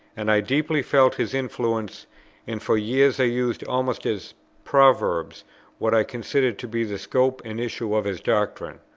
and i deeply felt his influence and for years i used almost as proverbs what i considered to be the scope and issue of his doctrine,